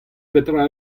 petra